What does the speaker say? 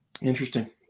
Interesting